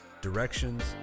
directions